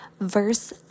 verse